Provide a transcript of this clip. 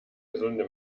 gesunde